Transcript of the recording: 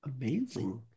Amazing